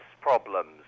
problems